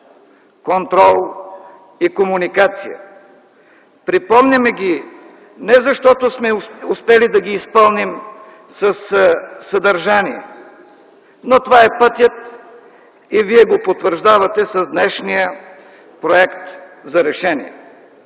Контрол и Комуникация. Припомняме ги, не защото сме успели да ги изпълним със съдържание, но това е пътят и вие го потвърждавате с днешния проект за решение.